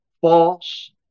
false